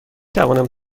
توانم